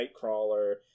Nightcrawler